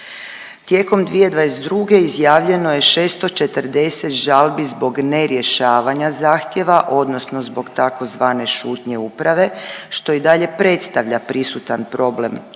Tijekom 2022. izjavljeno je 640 žalbi zbog nerješavanja zahtjeva odnosno zbog tzv. šutnje uprave što i dalje predstavlja prisutan problem u primjeni